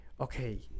okay